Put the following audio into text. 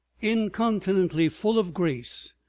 incontinently full of grace,